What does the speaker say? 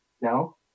No